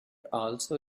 also